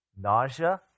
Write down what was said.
nausea